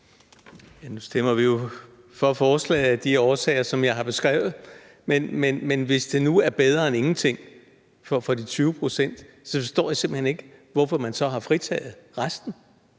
Nu stemmer vi jo for forslaget af de årsager, som jeg har beskrevet. Men hvis det nu er bedre end ingenting for de 20 pct., forstår jeg simpelt hen ikke, hvorfor man så har fritaget resten.